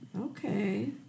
Okay